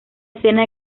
escena